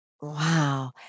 Wow